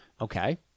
okay